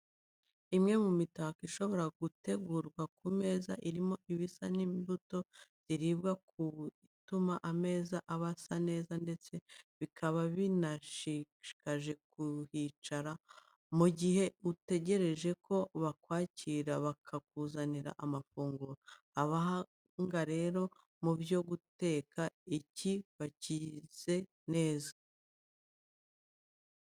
Imwe mu mitako ishobora gutegurwa ku meza irimo ibisa n'imbuto ziribwa kuko ituma ameza aba asa neza ndetse bikaba binashishikaje kuhicara mu gihe utegereje ko bakwakira bakakuzanira amafunguro. Abahanga rero mu byo guteka iki bakizi neza.